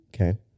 Okay